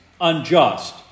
unjust